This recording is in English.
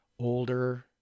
older